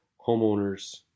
homeowners